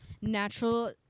natural